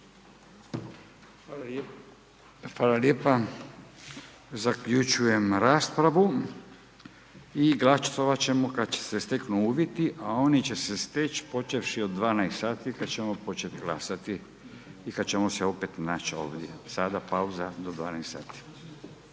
Hvala lijepa, zaključujem raspravu i glasovat ćemo kad se steknu uvjeti, a oni će se steći počevši od 12 sati kad ćemo početi glasati i kad ćemo se opet naći ovdje. Sada pauza do 12 sati.